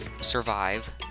survive